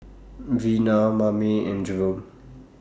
Vina Mame and Jerome